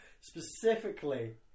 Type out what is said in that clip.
specifically